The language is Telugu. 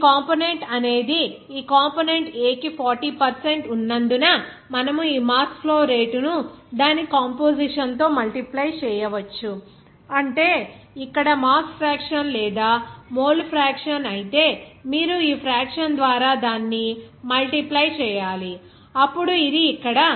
మీ కంపోనెంట్ అనేది ఈ కంపోనెంట్ A కి 40 ఉన్నందున మనము ఈ మాస్ ఫ్లో రేటును దాని కాంపొజిషన్ తో మల్టిప్లై చేయవచ్చు అంటే ఇక్కడ మాస్ ఫ్రాక్షన్ లేదా మోల్ ఫ్రాక్షన్ అయితే మీరు ఈ ఫ్రాక్షన్ ద్వారా దానిని మల్టిప్లై చేయాలి అప్పుడు ఇది ఇక్కడ 0